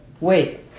Wait